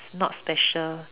not special